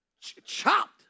chopped